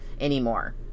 anymore